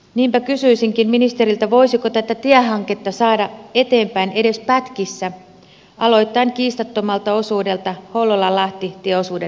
niinpä kysyisinkin ministeriltä voisiko tätä tiehanketta saada eteenpäin edes pätkissä aloittaen kiistattomalta osuudelta hollolalahti välin tieosuudelta